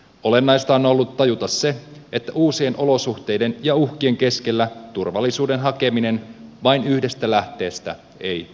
olennaista on ollut tajuta se että uusien olosuhteiden ja uhkien keskellä turvallisuuden hakeminen vain yhdestä lähteestä ei riitä